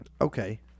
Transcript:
Okay